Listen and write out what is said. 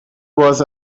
was